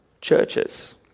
churches